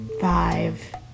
five